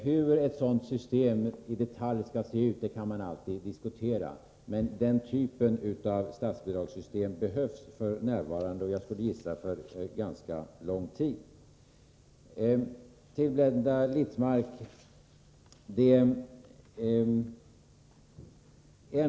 Hur ett sådant system i detalj skall se ut kan man alltid diskutera, men den typen av statsbidragssystem behövs i dag — och jag skulle gissa för ganska lång tid framöver.